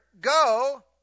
go